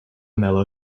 mellow